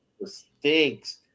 mistakes